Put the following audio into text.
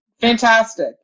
Fantastic